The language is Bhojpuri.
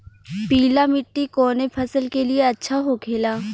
पीला मिट्टी कोने फसल के लिए अच्छा होखे ला?